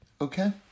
Okay